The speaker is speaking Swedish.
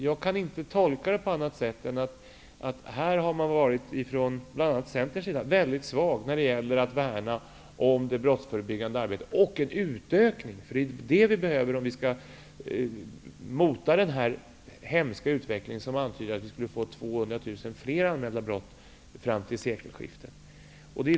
Jag kan inte tolka det på annat sätt än att bl.a. Centern har varit väldigt svag när det gäller att värna om det brottsförebyggande arbetet. Vi behöver en utökning av det arbetet, om vi skall mota den hemska utveckling som antyds, att vi skulle få 200 000 fler anmälda brott fram till sekelskiftet.